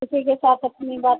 तो ठीक है साथ अपनी बात